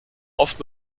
oft